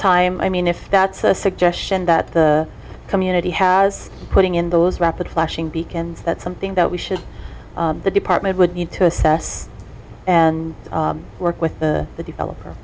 time i mean if that's a suggestion that the community has putting in those rapid flashing beacons that's something that we should the department would need to assess and work with the developer